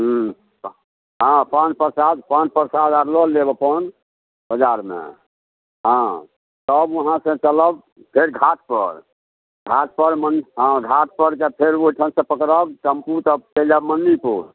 हूँ तऽ हँ पान प्रसाद पान प्रसाद आर लऽ लेब अपन बजारमे हँ तब वहाँसँ चलब फेर घाटपर घाटपर मन घाटपर जँ फेर ओइठामसँ पकड़ब टेम्पू तऽ चलि जायब मन्दिर टोल